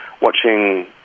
watching